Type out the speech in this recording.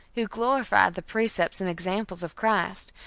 who glorified the precepts and examples of christ,